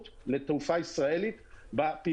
מדיניות התעופה הזו מאזנת בין אינטרסים שונים.